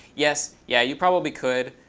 yes. yeah, you probably could.